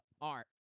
Art